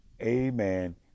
Amen